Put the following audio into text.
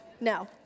No